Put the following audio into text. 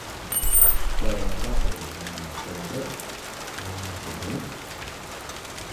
Pos los ajus i la colifrol, un soponel.